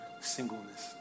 singleness